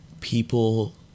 people